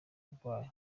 barwayi